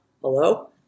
hello